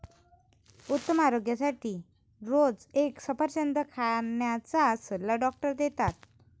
उत्तम आरोग्यासाठी रोज एक सफरचंद खाण्याचा सल्ला डॉक्टर देतात